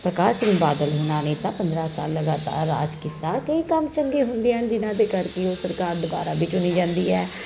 ਪ੍ਰਕਾਸ਼ ਸਿੰਘ ਬਾਦਲ ਹੋਣਾਂ ਨੇ ਤਾਂ ਪੰਦਰਾਂ ਸਾਲ ਲਗਾਤਾਰ ਰਾਜ ਕੀਤਾ ਕਈ ਕੰਮ ਚੰਗੇ ਹੁੰਦੇ ਹਨ ਜਿਨ੍ਹਾਂ ਦੇ ਕਰਕੇ ਉਹ ਸਰਕਾਰ ਦੁਆਰਾ ਡਿੱਗਦੀ ਰਹਿੰਦੀ ਹੈ